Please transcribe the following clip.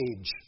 Age